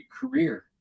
career